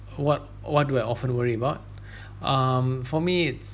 what what do I often worry about um for me it's